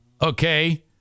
Okay